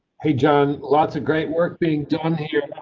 hey, john. lots of great work being done here.